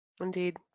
Indeed